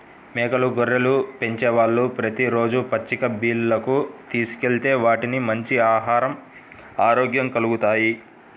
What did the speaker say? మేకలు, గొర్రెలను పెంచేవాళ్ళు ప్రతి రోజూ పచ్చిక బీల్లకు తీసుకెళ్తే వాటికి మంచి ఆహరం, ఆరోగ్యం కల్గుతాయి